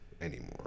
anymore